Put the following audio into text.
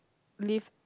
live